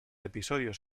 episodios